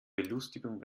belustigung